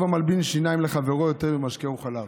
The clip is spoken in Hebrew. המלבין שיניים לחברו יותר ממשקהו חלב".